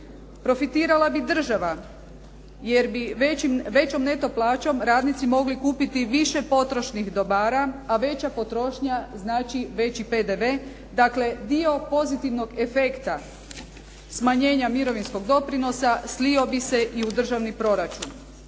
Profitirala bi država, jer bi većom neto plaćom radnici mogli kupiti više potrošnih dobara, a veća potrošnja znači veći PDV, dakle dio pozitivnog efekta smanjenja mirovinskog doprinosa slio bi se i u državni proračun.